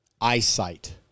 eyesight